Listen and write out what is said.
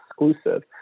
exclusive